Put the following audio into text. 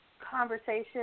conversation